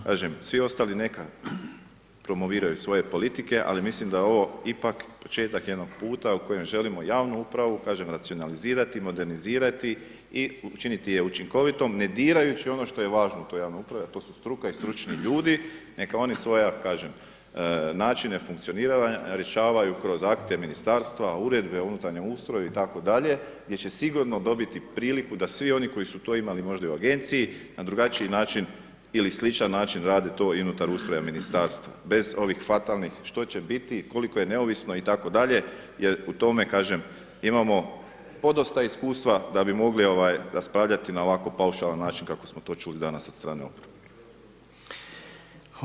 Kažem, svi ostali neka promoviraju svoje politike, ali mislim da je ovo ipak početak jednog puta u kojem želimo javnu upravu, kažem, racionalizirati i modernizirati i učiniti je učinkovitom, ne dirajući ono što je važno u toj javnoj upravi, a to je struka i stručni ljudi, neka oni svoja, kažem, načine funkcioniranja rješavaju kroz akte Ministarstva, uredbe o unutarnjem ustroju, itd., gdje će sigurno dobiti priliku da svi oni koji su to imali možda i u Agenciji, na drugačiji način ili sličan način, rade to i unutar ustroja Ministarstva, bez ovih fatalnih, što će biti, koliko je neovisno, itd., jer u tome, kažem, imamo podosta iskustva da bi mogli raspravljati na ovako paušalan način, kako smo to čuli danas od strane oporbe.